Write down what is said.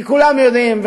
כי כולם יודעים,